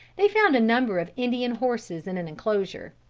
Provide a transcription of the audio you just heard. they found a number of indian horses in an enclosure.